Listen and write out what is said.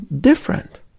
different